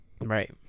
right